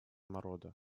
народа